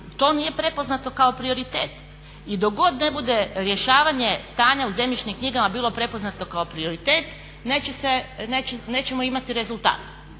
to nije prepoznato kao prioritet. I dok god ne bude rješavanje stanja u zemljišnim knjigama bilo prepoznato kao prioritet nećemo imati rezultat.